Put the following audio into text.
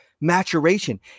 maturation